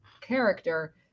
character